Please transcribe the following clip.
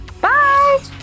bye